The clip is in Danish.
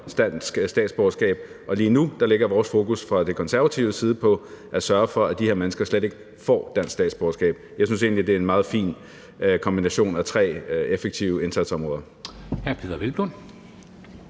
danske statsborgerskab, og lige nu ligger Konservatives fokus på at sørge for, at de her mennesker slet ikke får dansk statsborgerskab. Jeg synes egentlig, det er en meget fin kombination af tre effektive indsatsområder.